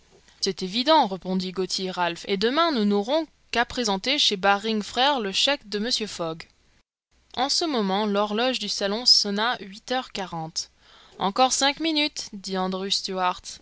c'est évident répondit gauthier ralph et demain nous n'aurons qu'à présenter chez baring frères le chèque de mr fogg en ce moment l'horloge du salon sonna huit heures quarante encore cinq minutes dit